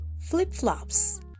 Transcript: flip-flops